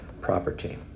property